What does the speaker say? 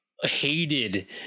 Hated